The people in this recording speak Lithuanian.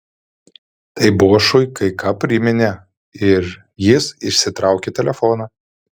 tai bošui kai ką priminė ir jis išsitraukė telefoną